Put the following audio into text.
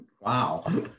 Wow